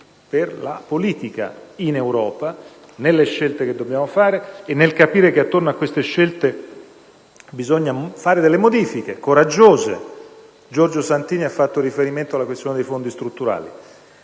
per la politica, e nelle scelte che dobbiamo fare, e nel capire che attorno a queste scelte bisogna fare delle modifiche coraggiose. Giorgio Santini ha fatto riferimento alla questione dei fondi strutturali.